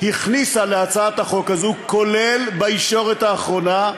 הכניסה להצעת החוק הזאת, כולל בישורת האחרונה,